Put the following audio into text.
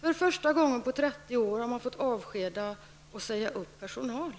För första gången på 30 år har man fått avskeda folk.